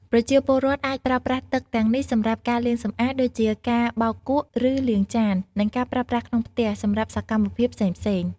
ប្រជាពលរដ្ឋអាចប្រើប្រាស់ទឹកទាំងនេះសម្រាប់ ការលាងសម្អាត ដូចជាការបោកគក់ ឬលាងចាន និងការប្រើប្រាស់ក្នុងផ្ទះ សម្រាប់សកម្មភាពផ្សេងៗ។